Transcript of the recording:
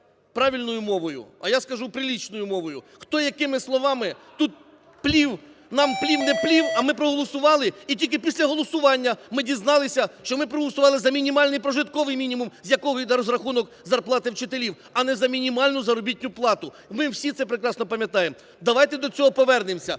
правильною мовою, а я скажу прилічною мовою, хто, якими словами тут плів, нам плів – не плів, а ми проголосували, і тільки після голосування ми дізналися, що ми проголосували за мінімальний прожитковий мінімум, з якого йде розрахунок зарплати вчителів, а не за мінімальну заробітну плату. Ми всі це прекрасно пам'ятаємо. Давайте до цього повернемося,